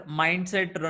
mindset